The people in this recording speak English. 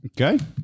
Okay